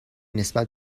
نسبت